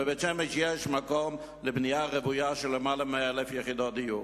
בבית-שמש יש מקום לבנייה רוויה של יותר מ-1,000 יחידות דיור.